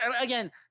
again